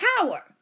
power